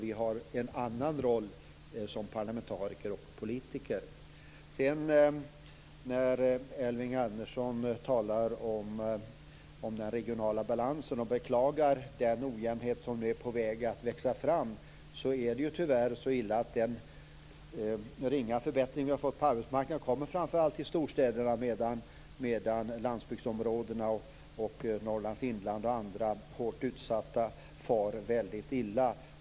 Vi har en annan roll som parlamentariker och politiker. Elving Andersson talar om den regionala balansen och beklagar den ojämnhet som är på väg att växa fram. Det är tyvärr så illa att den ringa förbättring vi har fått på arbetsmarknaden framför allt kommit i storstäderna, medan landsbygdsområdena, Norrlands inland och andra hårt utsatta områden far väldigt illa.